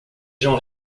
gens